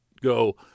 go